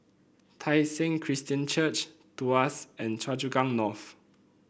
Tai Seng Christian Church Tuas and Choa Chu Kang North